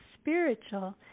spiritual